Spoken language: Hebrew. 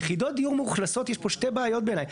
יחידות דיור מאוכלסות יש פה שתי בעיות בעיניי.